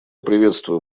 приветствую